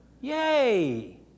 Yay